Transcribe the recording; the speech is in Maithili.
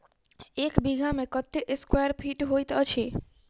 एक बीघा मे कत्ते स्क्वायर फीट होइत अछि?